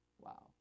Wow